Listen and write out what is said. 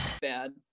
bad